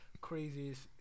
craziest